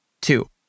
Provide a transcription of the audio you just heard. Two